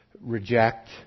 reject